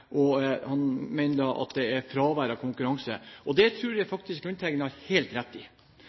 han mente at det er fravær av konkurranse. Det tror jeg faktisk Lundteigen har helt rett i.